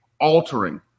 altering